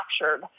captured